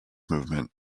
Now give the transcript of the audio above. movement